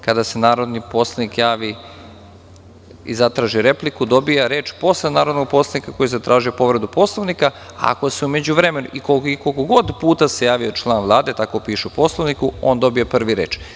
Kada se narodni poslanik javi i zatraži repliku dobija reč posle narodnog poslanika koji je zatražio povredu Poslovnika, a ako se u međuvremenu i koliko god puta se javio član Vlade, tako piše u Poslovniku, on dobija prvi reč.